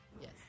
Yes